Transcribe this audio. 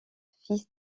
fils